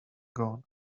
gone